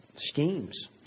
Schemes